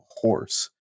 horse